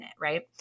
right